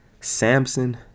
Samson